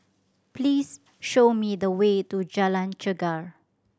please show me the way to Jalan Chegar